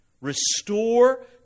restore